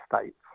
States